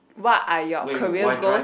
what are your career goals